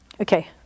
okay